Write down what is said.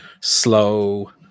slow